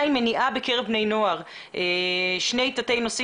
בסקר שנעשה והגיע לידינו נמצא כי כ-25 אחוזים מהתינוקות היהודים ו-52